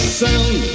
sound